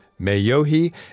Mayohi